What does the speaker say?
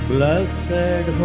Blessed